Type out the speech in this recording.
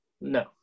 no